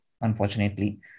unfortunately